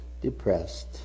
depressed